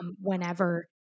whenever